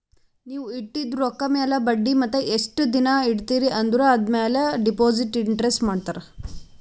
ನೀವ್ ಇಟ್ಟಿದು ರೊಕ್ಕಾ ಮ್ಯಾಲ ಬಡ್ಡಿ ಮತ್ತ ಎಸ್ಟ್ ದಿನಾ ಇಡ್ತಿರಿ ಆಂದುರ್ ಮ್ಯಾಲ ಡೆಪೋಸಿಟ್ ಇಂಟ್ರೆಸ್ಟ್ ಮಾಡ್ತಾರ